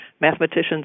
mathematicians